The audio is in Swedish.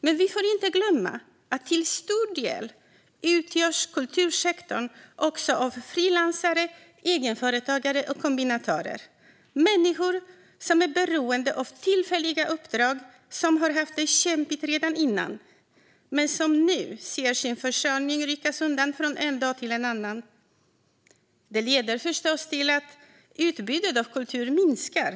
Men vi får inte glömma att kultursektorn till stor del också utgörs av frilansare, egenföretagare och kombinatörer. Det är människor som är beroende av tillfälliga uppdrag och som har haft det kämpigt redan tidigare men som nu ser sin försörjning ryckas undan från en dag till en annan. Det leder förstås till att utbudet av kultur minskar.